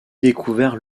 découvert